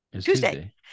Tuesday